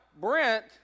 Brent